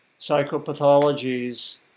psychopathologies